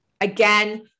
Again